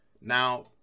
Now